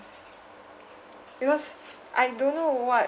because I don't know what